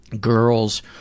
girls